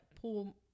pull